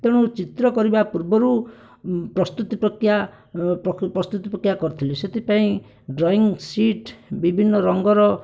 ତେଣୁ ଚିତ୍ର କରିବା ପୂର୍ବରୁ ପ୍ରସ୍ତୁତି ପ୍ରକିୟା ପ୍ରସ୍ତୁତି ପ୍ରକିୟା କରିଥିଲି ସେଥି ପାଇଁ ଡ୍ରଇଁ ସିଟ୍ ବିଭିନ୍ନ ରଙ୍ଗର